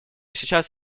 сейчас